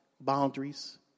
boundaries